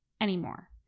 anymore